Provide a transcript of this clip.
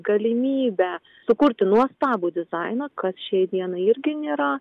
galimybę sukurti nuostabų dizainą kas šiai dienai irgi nėra